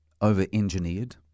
over-engineered